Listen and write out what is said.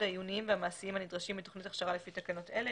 העיוניים והמעשיים הנדרשים מתוכנית הכשרה לפי תקנות אלה,